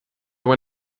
were